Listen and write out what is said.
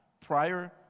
prior